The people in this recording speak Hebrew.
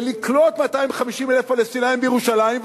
ולקלוט 250,000 פלסטינים בירושלים,